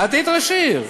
את היית ראש עיר.